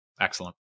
Excellent